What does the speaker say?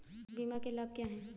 बीमा के लाभ क्या हैं?